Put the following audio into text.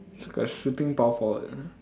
like shooting power forward ah